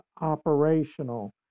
operational